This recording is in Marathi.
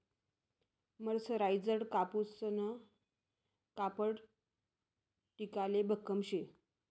मरसराईजडं कापूसनं कापड टिकाले भक्कम शे